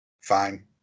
Fine